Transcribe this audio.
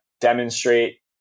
demonstrate